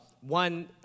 one